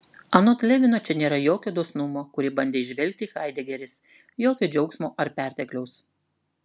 anot levino čia nėra jokio dosnumo kurį bandė įžvelgti haidegeris jokio džiaugsmo ar pertekliaus